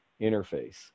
interface